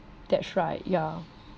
that's right yeah